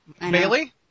Bailey